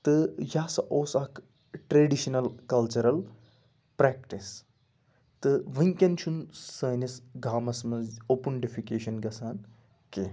تہٕ یہِ ہسا اوس اَکھ ٹریٚڈِشنَل کَلچرَل پریٚکٹِس تہٕ وٕنکیٚن چھُ نہٕ سٲنِس گامَس منٛز اوٚپُن ڈیٚفِکیشَن گژھان کینٛہہ